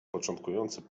początkujący